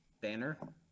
Banner